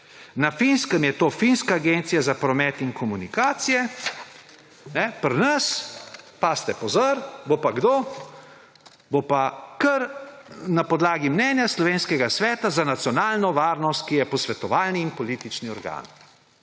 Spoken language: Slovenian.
na Finskem je to finska agencija za promet in komunikacije. Pri nas – pazite, pozor –, bo pa kdo? Bo pa kar na podlagi mnenja slovenskega Sveta za nacionalno varnost, ki je posvetovalni in politični organ.